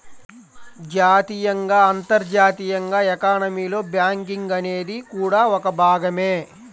జాతీయంగా, అంతర్జాతీయంగా ఎకానమీలో బ్యాంకింగ్ అనేది కూడా ఒక భాగమే